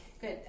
good